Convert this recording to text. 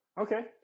Okay